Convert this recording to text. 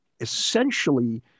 essentially